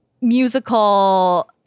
musical